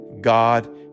God